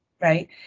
right